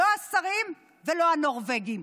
לא השרים ולא הנורבגים.